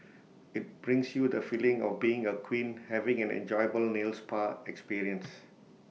IT brings you the feeling of being A queen having an enjoyable nail spa experience